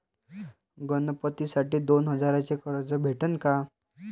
गणपतीसाठी दोन हजाराचे कर्ज भेटन का?